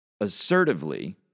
assertively